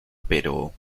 pero